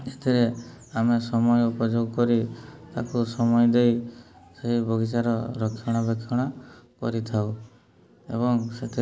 ସେଥିରେ ଆମେ ସମୟ ଉପଯୋଗ କରି ତା'କୁ ସମୟ ଦେଇ ସେଇ ବଗିଚାର ରକ୍ଷଣା ବେକ୍ଷଣ କରିଥାଉ ଏବଂ ସେଥିରେ